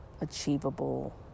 achievable